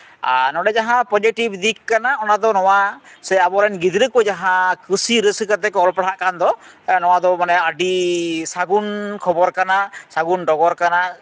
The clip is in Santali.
ᱟᱨ ᱱᱚᱰᱮ ᱡᱟᱦᱟᱸ ᱯᱚᱡᱮᱴᱤᱵᱽ ᱫᱤᱠ ᱠᱟᱱᱟ ᱚᱱᱟ ᱫᱚ ᱱᱚᱣᱟ ᱥᱮ ᱟᱵᱚᱨᱮᱱ ᱜᱤᱫᱽᱨᱟᱹ ᱠᱚ ᱡᱟᱦᱟᱸ ᱠᱩᱥᱤ ᱨᱟᱹᱥᱠᱟᱹ ᱠᱟᱛᱮ ᱠᱚ ᱚᱞᱚᱜ ᱯᱟᱲᱦᱟᱜ ᱠᱟᱱ ᱫᱚ ᱱᱚᱣᱟ ᱫᱚ ᱢᱟᱱᱮ ᱟᱹᱰᱤ ᱥᱟᱹᱜᱩᱱ ᱠᱷᱚᱵᱚᱨ ᱠᱟᱱᱟ ᱥᱟᱹᱜᱩᱱ ᱰᱚᱜᱚᱨ ᱠᱟᱱᱟ